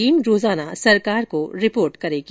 team रोजाना सरकार को रिपोर्ट करेगी